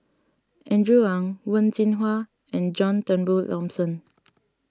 Andrew Ang Wen Jinhua and John Turnbull Thomson